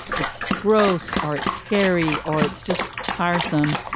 it's gross or it's scary or it's just tiresome.